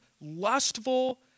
lustful